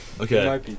Okay